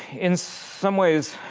in some ways,